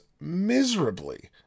miserably